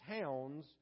towns